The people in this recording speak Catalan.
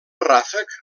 ràfec